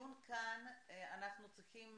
בדיון כאן אנחנו צריכים